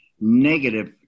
negative